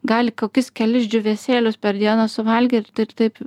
gali kokius kelis džiūvėsėlius per dieną suvalgyt ir taip